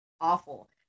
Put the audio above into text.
awful